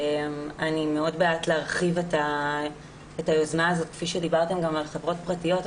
אני מאוד בעד להרחיב את היוזמה הזאת כפי שדיברתם גם על חברות פרטיות.